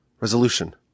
resolution